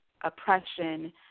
oppression